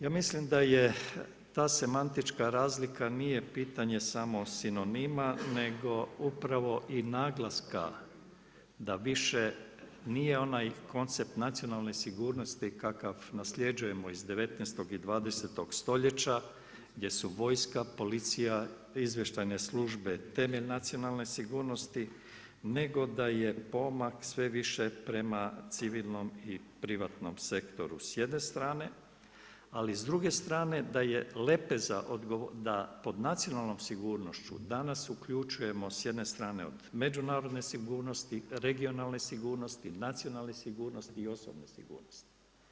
Ja mislim da ta semantička razlika nije pitanje samo sinonima nego upravo i naglaska da više nije onaj koncept nacionalne sigurnosti kakav nasljeđujemo iz 19. i 20. stoljeća gdje su vojska, policija, izvještajne službe temelj nacionalne sigurnosti, nego da je pomak sve više prema civilnom i privatnom sektoru s jedne strane ali s druge strane da je lepeza da pod nacionalnom sigurnošću danas uključujemo s jedne strane od međunarodne sigurnosti, regionalne sigurnosti, nacionalne sigurnosti i osobne sigurnosti.